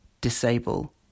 disable